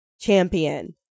champion